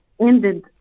ended